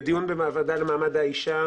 בדיון בוועדה למעמד האישה